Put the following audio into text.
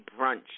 brunch